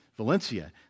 Valencia